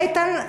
איתן?